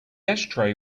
ashtray